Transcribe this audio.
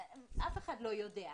אף אחד לא יודע.